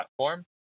platform